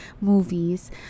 movies